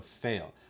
fail